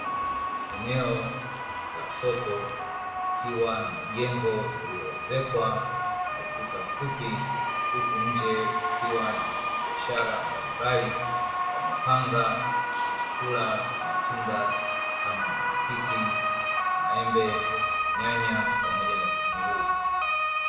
Eneo la soko likiwa na jengo lililoezekwa na ukuta mfupi haku nje pakiwa na wafanyabiashara mbalimbali wamepanga vyakula na matunda kama matikiti, maembe, nyanya pamoja na vitunguu.